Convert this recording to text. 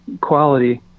quality